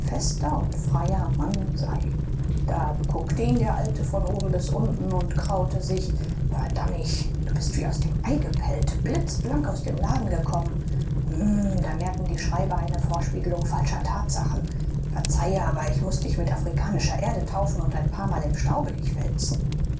und freier mann sei da beguckte ihn der alte von oben bis unten und kraute sich verdammig du bist wie aus dem ei gepellt blitzblank aus dem laden gekommen hm da merken die schreiber eine vorspiegelung falscher tatsachen verzeihe aber ich muß dich mit afrikanischer erde taufen und ein paarmal im staube dich wälzen